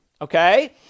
okay